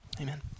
Amen